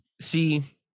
See